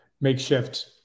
makeshift